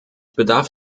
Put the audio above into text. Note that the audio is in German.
bedarf